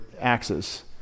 axes